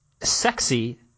sexy